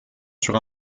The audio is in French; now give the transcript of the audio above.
sur